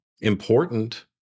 important